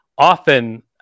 often